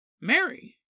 Mary